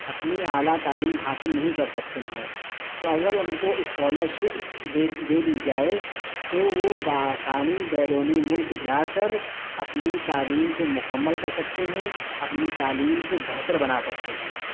اپنی اعلیٰ تعلیم حاصل نہیں کر سکتے ہیں تو اگر ان کو اسکالر شپس دے دے دی جائے تو وہ بآسانی بیرونی ملک جا کر اپنی تعلیم کو مکمل کر سکتے ہیں اپنی تعلیم کو بہتر بنا سکتے ہیں